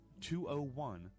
201